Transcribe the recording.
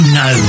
no